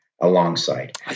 alongside